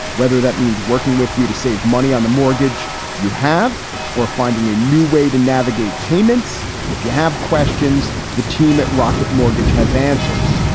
whether that means working with you to save money on the mortgage you have or finding a new way to navigate payments if you have questions. the team at rocket mortgage has answers.